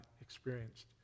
experienced